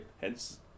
Hence